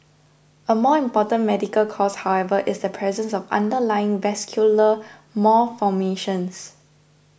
a more important medical cause however is the presence of underlying vascular malformations